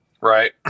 Right